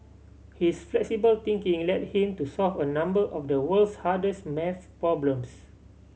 his flexible thinking led him to solve a number of the world's hardest maths problems